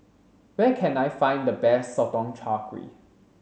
where can I find the best Sotong Char Kway